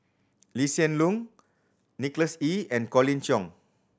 Lee Hsien Loong Nicholas Ee and Colin Cheong